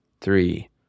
three